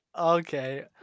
Okay